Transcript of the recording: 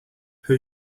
who